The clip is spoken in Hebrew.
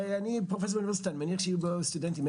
אני פרופסור באוניברסיטה אני מניח שיהיו סטודנטים.